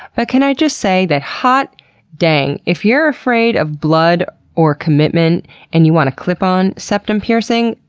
but can i just say that hot dang, if you're afraid of blood or commitment and you want clip on septum piercing,